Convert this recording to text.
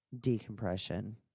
decompression